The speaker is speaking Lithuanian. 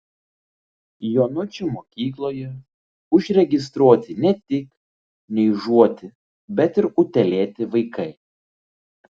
jonučių mokykloje užregistruoti ne tik niežuoti bet ir utėlėti vaikai